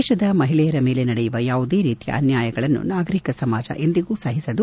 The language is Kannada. ದೇಶದ ಮಹಿಳೆಯರ ಮೇಲೆ ನಡೆಯುವ ಯಾವುದೇ ರೀತಿಯ ಅನ್ವಾಯಗಳನ್ನು ನಾಗರಿಕ ಸಮಾಜ ಎಂದಿಗೂ ಸಹಿಸದು